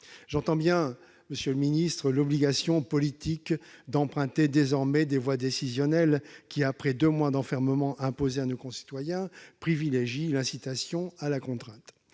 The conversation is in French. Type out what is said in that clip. J'entends bien l'obligation politique d'emprunter désormais des voies décisionnelles, qui, après deux mois d'enfermement imposé à nos concitoyens, privilégient l'incitation à la contrainte.